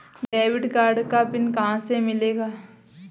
Debit card का PIN कहां से मिलेगा?